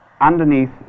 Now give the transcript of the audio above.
underneath